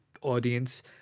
audience